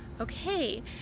okay